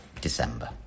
December